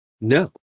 No